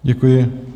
Děkuji.